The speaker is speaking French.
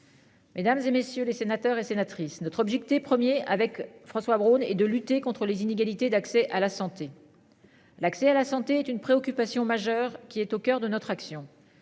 Mesdames, et messieurs les sénateurs et sénatrices notre objecter premier avec François Braun et de lutter contre les inégalités d'accès à la santé. L'accès à la santé est une préoccupation majeure qui est au coeur de notre action.